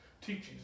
teachings